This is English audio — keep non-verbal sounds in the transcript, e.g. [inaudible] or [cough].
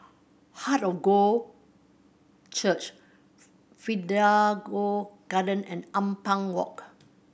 Heart of God Church [unintelligible] Garden and Ampang Walk